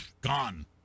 gone